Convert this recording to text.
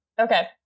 okay